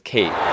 Kate